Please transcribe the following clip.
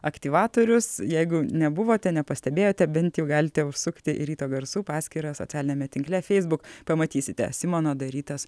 aktyvatorius jeigu nebuvote nepastebėjote bent jau galite užsukti į ryto garsų paskyrą socialiniame tinkle feisbuk pamatysite simono darytas